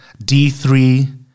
D3